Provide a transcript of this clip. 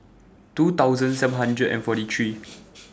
two thousand seven hundred and forty three